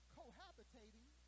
cohabitating